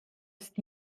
ist